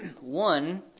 One